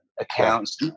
accounts